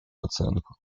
оценку